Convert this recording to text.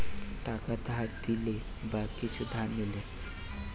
টাকা ধার দিলে বা কিছু ধার লিলে